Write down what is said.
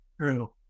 True